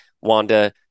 Wanda